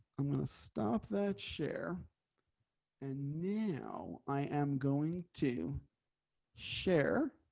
i'm gonna stop that share and now i am going to share.